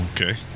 Okay